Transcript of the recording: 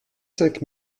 cinq